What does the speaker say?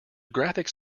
graphics